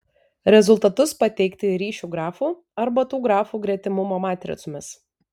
rezultatus pateikti ryšių grafu arba tų grafų gretimumo matricomis